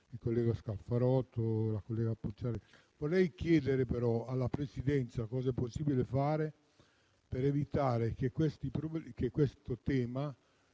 la collega Pucciarelli, hanno pronunciato. Vorrei chiedere però alla Presidenza cosa è possibile fare per evitare che questo tema